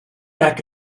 back